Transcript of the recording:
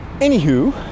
Anywho